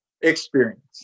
experience